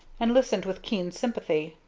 and listened with keen sympathy.